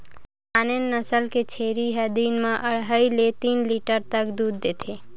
Saanen नसल के छेरी ह दिन म अड़हई ले तीन लीटर तक दूद देथे